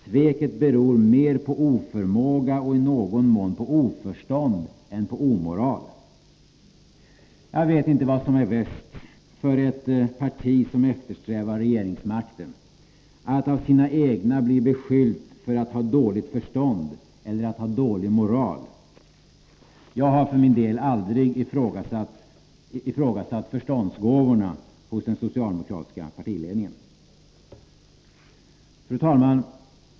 Sveket beror mer på oförmåga och i någon mån på oförstånd än på omoral.” Jag vet inte vad som är värst för ett parti som eftersträvar regeringsmakten — att av sina egna bli beskylld för att ha dåligt förstånd eller för att ha dålig moral. Jag har för min del aldrig ifrågasatt förståndsgåvorna hos den socialdemokratiska partiledningen. Fru talman!